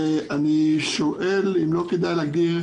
אני שואל אם לא כדאי להגדיר: